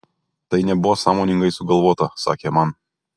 tai nebuvo sąmoningai sugalvota sakė man